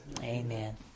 Amen